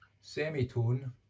semitone